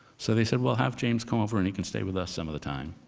so, they said, well, have james come over and he can stay with us some of the time.